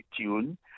tune